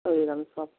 ওরকম সব